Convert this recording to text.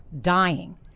dying